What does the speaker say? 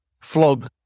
flog